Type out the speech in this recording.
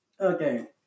Okay